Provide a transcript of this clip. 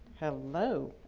hello.